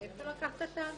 מאיפה לקחת ---?